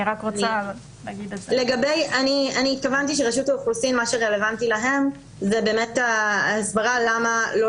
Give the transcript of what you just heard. אני התכוונתי שמה שרלוונטי לרשות האוכלוסין זה ההסברה למה לא